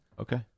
Okay